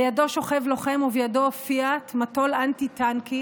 לידו שוכב לוחם ובידו פיאט, מטול אנטי-טנקי.